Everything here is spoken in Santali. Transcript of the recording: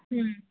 ᱦᱮᱸ